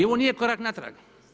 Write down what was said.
I ovo nije korak natrag.